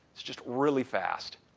it's just really fast.